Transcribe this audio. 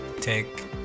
take